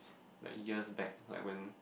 like years back like went